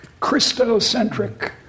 Christocentric